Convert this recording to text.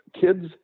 kids